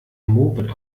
moped